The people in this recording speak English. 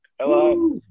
Hello